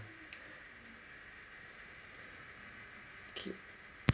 cute